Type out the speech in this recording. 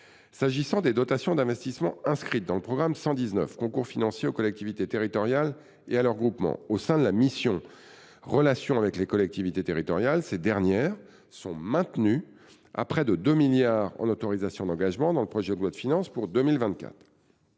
montants des dotations d’investissement inscrites dans le programme 119 « Concours financier aux collectivités territoriales et à leurs groupements », au sein de la mission « Relations avec les collectivités territoriales », sont maintenus à hauteur de près de 2 milliards d’euros en autorisations d’engagement dans le projet de loi de finances pour 2024.